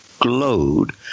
glowed